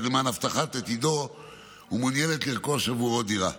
למען הבטחת עתידו ומעוניינת לרכוש עבורו דירה.